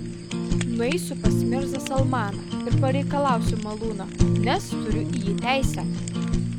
nueisiu pas mirzą salmaną ir pareikalausiu malūno nes turiu į jį teisę